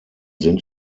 sind